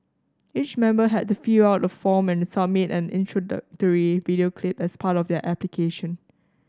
each member had to fill out a form and submit an introductory video clip as part of their application